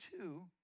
two